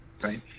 right